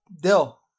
Dill